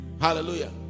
Hallelujah